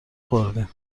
خوردیم